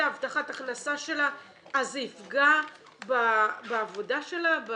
הבטחת ההכנסה שלה זה יפגע בעבודה שלה?